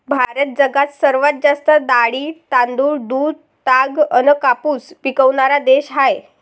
भारत जगात सर्वात जास्त डाळी, तांदूळ, दूध, ताग अन कापूस पिकवनारा देश हाय